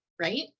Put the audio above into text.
right